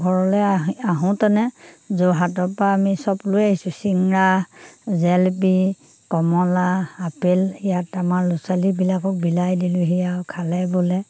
ঘৰলে আহি আহোঁতেনে যোৰহাটৰ পৰা আমি চব লৈ আহিছোঁ চিঙৰা জেলেপি কমলা আপেল ইয়াত আমাৰ ল'ৰা ছোৱালীবিলাকক বিলাই দিলোঁহি আৰু খালে ব'লে